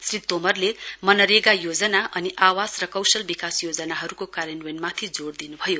श्री तोमरले मनरेगा योजना अनि आवास र कौशल विकास योजनाहरुको कार्यन्वयनमाथि जोड़ दिनुभयो